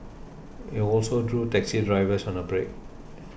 it also drew taxi drivers on a break